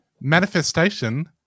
Manifestation